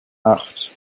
acht